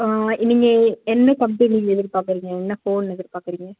ஆ இனிமேல் என்ன கம்பெனி நீங்கள் எதிர்பார்க்குறீங்க என்ன ஃபோன் எதிர்பார்க்குறீங்க